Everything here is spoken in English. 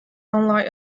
online